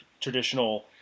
traditional